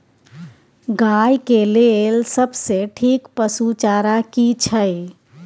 गाय के लेल सबसे ठीक पसु चारा की छै?